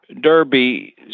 Derby